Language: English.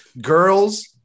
Girls